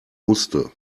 musste